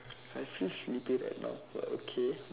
I feel sleepy right now but okay